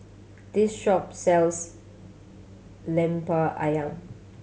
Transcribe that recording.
this shop sells Lemper Ayam